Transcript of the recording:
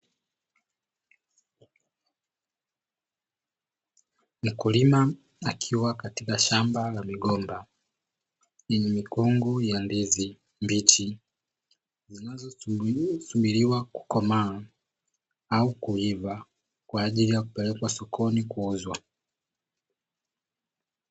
Mkulima akiwa katika shamba la migomba yenye mikungu ya ndizi mbichi, zinazo subiriwa kukomaa au kuiva kwaajili ya kupelekwa sokoni kuuzwa.